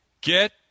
Get